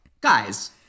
Guys